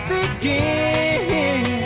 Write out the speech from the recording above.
begin